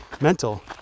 mental